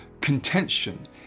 contention